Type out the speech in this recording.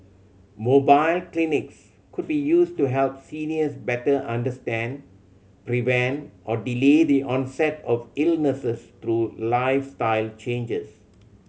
mobile clinics could be used to help seniors better understand prevent or delay the onset of illnesses through lifestyle changes